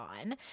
on